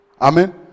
Amen